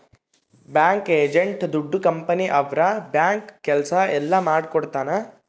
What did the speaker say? bank agent ದೊಡ್ಡ company ಅವ್ರ bank ಕೆಲ್ಸ ಎಲ್ಲ ಮಾಡಿಕೊಡ್ತನ